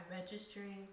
registering